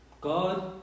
God